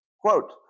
quote